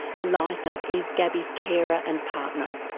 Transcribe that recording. eliza is gabby's carer and partner.